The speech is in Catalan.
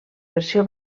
versió